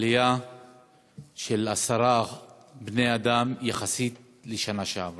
עלייה בעשרה בני-אדם מהשנה שעברה.